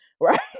right